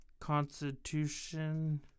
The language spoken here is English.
Constitution